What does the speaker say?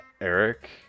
Eric